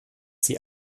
sie